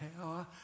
power